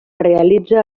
realitza